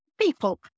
people